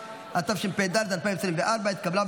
(חופשה מיוחדת לאסיר), התשפ"ד 2024, נתקבל.